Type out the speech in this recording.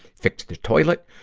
fixed the toilet,